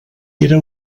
era